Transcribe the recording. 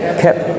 kept